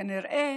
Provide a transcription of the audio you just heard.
כנראה